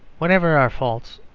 whatever our faults,